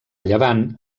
llevant